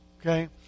Okay